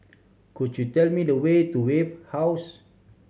could you tell me the way to Wave House